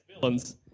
villains